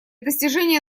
достижения